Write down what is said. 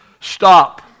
stop